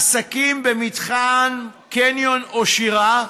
עסקים במתחם קניון אושירה,